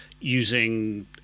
using